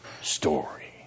story